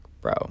bro